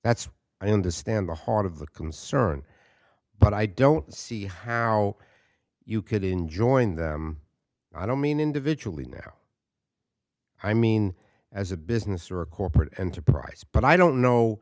that's i understand the heart of the concern but i don't see how you could enjoy and i don't mean individually now i mean as a business or a corporate enterprise but i don't know